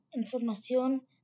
información